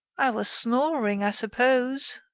i was snoring, i suppose.